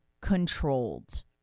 controlled